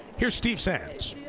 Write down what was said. here's steve sands.